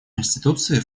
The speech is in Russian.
конституции